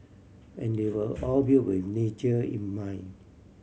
and they were all built with nature in mind